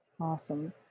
Awesome